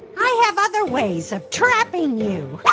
i have other ways of trapping you.